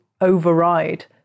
override